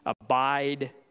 abide